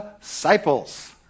disciples